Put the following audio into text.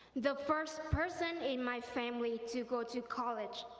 the first person in my family to go to college,